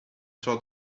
sort